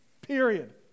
period